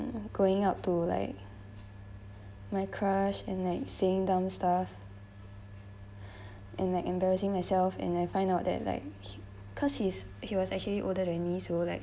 going up to like my crush and like saying dumb stuff and like embarrassing myself and I find out that like cause he's he was actually older than me so like